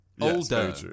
Older